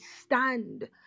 stand